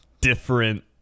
different